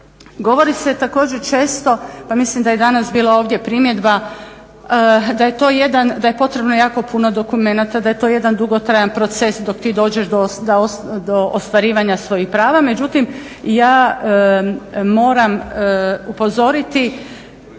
Govori se također često pa mislim da je i danas bilo ovdje primjedba da je potrebno jako puno dokumenata, da je to jedan dugotrajan proces dok ti dođeš do ostvarivanja svojih prava, međutim ja moram upozoriti